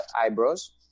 eyebrows